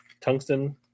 tungsten